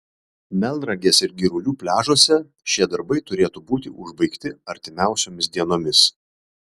melnragės ir girulių pliažuose šie darbai turėtų būti užbaigti artimiausiomis dienomis